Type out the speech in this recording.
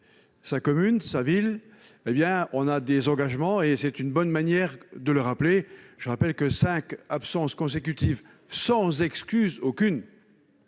sa commune sa ville, hé bien on a des engagements, et c'est une bonne manière de le rappeler, je rappelle que 5 absences consécutives sans excuse aucune